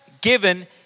given